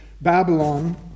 Babylon